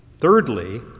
Thirdly